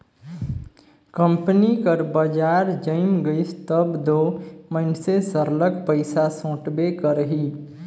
company कर बजार जइम गइस तब दो मइनसे सरलग पइसा सोंटबे करही